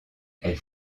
elle